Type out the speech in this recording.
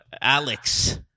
Alex